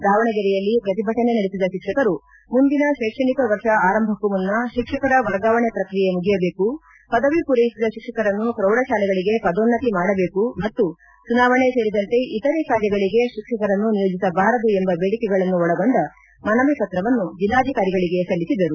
ದಾವಣಗೆರೆಯಲ್ಲಿ ಪ್ರತಿಭಟನೆ ನಡೆಸಿದ ಶಿಕ್ಷಕರು ಮುಂದಿನ ಶೈಕ್ಷಣಿಕ ವರ್ಷ ಆರಂಭಕ್ಕೂ ಮುನ್ನ ಶಿಕ್ಷಕರ ವರ್ಗಾವಣೆ ಪ್ರಕ್ರಿಯೆ ಮುಗಿಯಬೇಕು ಪದವಿ ಪೂರೈಸಿದ ಶಿಕ್ಷಕರನ್ನು ಪ್ರೌಢಶಾಲೆಗಳಿಗೆ ಪದೋನ್ನತಿ ಮಾಡಬೇಕು ಮತ್ತು ಚುನಾವಣೆ ಸೇರಿದಂತೆ ಇತರೆ ಕಾರ್ಯಗಳಿಗೆ ಶಿಕ್ಷಕರನ್ನು ನಿಯೋಜಿಸಬಾರದು ಎಂಬ ಬೇಡಿಕೆಗಳನ್ನು ಒಳಗೊಂಡ ಮನವಿ ಪತ್ರವನ್ನು ಜಿಲ್ಲಾಧಿಕಾರಿಗಳಿಗೆ ಸಲ್ಲಿಸಿದರು